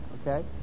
okay